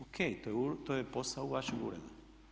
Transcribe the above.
O.K, to je posao vašeg ureda.